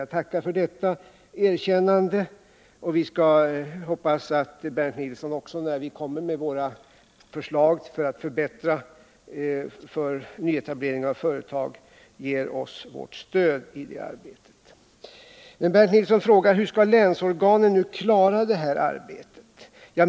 Jag tackar för detta erkännande, och vi skall hoppas att Bernt Nilsson när vi kommer med våra förslag för att förbättra för nyetablering av företag ger oss sitt stöd i vårt arbete. Men Bernt Nilsson frågar hur länsorganisationen nu skall klara detta arbete.